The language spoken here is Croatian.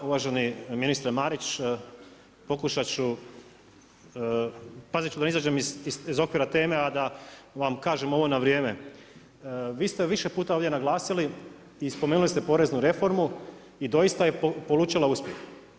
Uvaženi ministra Marić, pokušati ću pazit ću da ne izađem iz okvire teme, a da vam kažem ovo na vrijeme, vi ste više puta ovdje naglasili i spomenuli ste poreznu reformu i doista je polučila uspjehu.